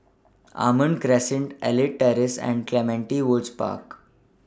Almond Crescent Elite Terrace and Clementi Woods Park